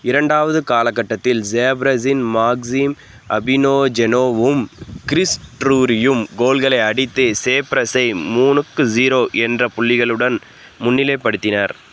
இரண்டாவது காலகட்டத்தில் சேப்ரஸின் மாக்சிம் அஃபினோஜெனோவும் கிறிஸ் ட்ரூரியும் கோல்களை அடித்து சேப்ரஸை மூணுக்கு ஜீரோ என்ற புள்ளிகளுடன் முன்னிலைப்படுத்தினர்